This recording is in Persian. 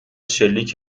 شلیک